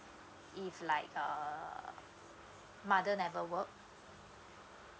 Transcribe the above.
if like err mother never work